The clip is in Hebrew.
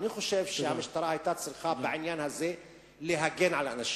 אני חושב שהמשטרה היתה צריכה בעניין הזה להגן על אנשים.